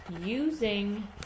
using